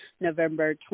November